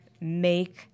Make